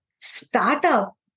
Startup